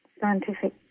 scientific